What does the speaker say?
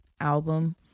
album